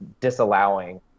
disallowing